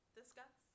discuss